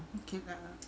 okay lah